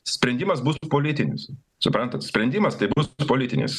sprendimas bus politinis suprantat sprendimas tai bus politinis